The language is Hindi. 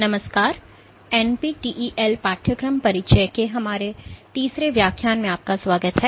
नमस्कार NPTEL पाठ्यक्रम परिचय के हमारे तीसरे व्याख्यान में आपका स्वागत है